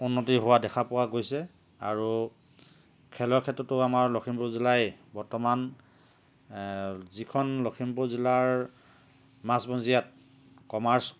উন্নতি হোৱা দেখা পোৱা গৈছে আৰু খেলৰ ক্ষেত্ৰতো আমাৰ লখিমপুৰ জিলাই বৰ্তমান যিখন লখিমপুৰ জিলাৰ মাজ মজিয়াত কমাৰ্চ